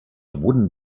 wooden